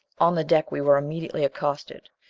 on the deck, we were immediately accosted.